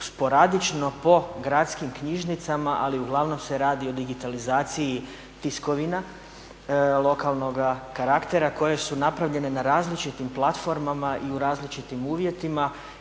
sporadično po gradskim knjižnicama ali uglavnom se radi o digitalizaciji tiskovina lokalnoga karaktera koje su napravljene na različitim platformama i u različitim uvjetima